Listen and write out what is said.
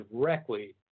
directly